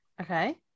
Okay